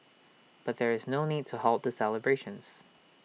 but there is no need to halt the celebrations